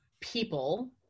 people